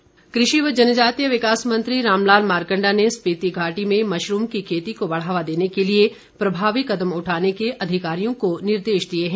मारकंडा कृषि व जनजातीय विकास मंत्री रामलाल मारकंडा ने स्पिति घाटी में मशरूम की खेती को बढ़ावा देने के लिए प्रभावी कदम उठाने के अधिकारियों को निर्देश दिए हैं